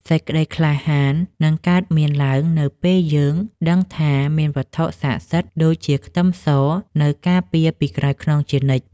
សេចក្តីក្លាហាននឹងកើតមានឡើងនៅពេលយើងដឹងថាមានវត្ថុស័ក្តិសិទ្ធិដូចជាខ្ទឹមសនៅការពារពីក្រោយខ្នងជានិច្ច។